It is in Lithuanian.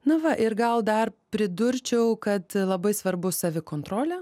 na va ir gal dar pridurčiau kad labai svarbu savikontrolė